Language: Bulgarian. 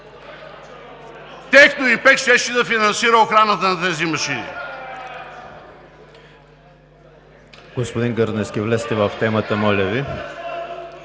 „Техноимпекс“ щеше да финансира охраната на тези машини.